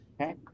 okay